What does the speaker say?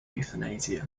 euthanasia